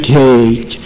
take